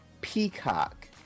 Peacock